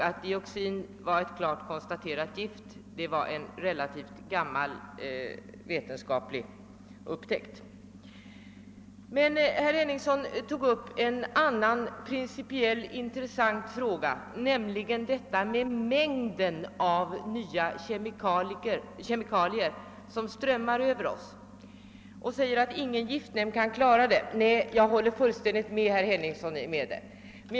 Att dioxin är ett konstaterat gift var redan då en relativt gammal vetenskaplig upptäckt. Men herr Henningsson tog upp en annan, principiellt intressant fråga, nämligen mängden av nya kemikalier som strömmar Över oss. Han säger att ingen giftnämnd kan klara dem. Nej, jag håller fullständigt med herr Henningsson om detta.